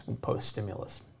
post-stimulus